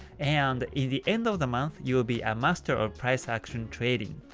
and in the end of the month, you will be a master of price action trading.